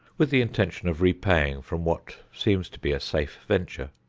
with the intention of repaying from what seems to be a safe venture.